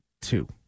two